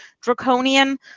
draconian